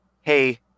Hey